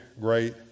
great